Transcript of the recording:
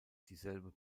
dieselbe